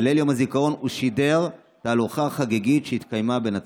בליל יום הזיכרון הוא שידר תהלוכה חגיגית שהתקיימה בנצרת.